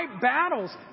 battles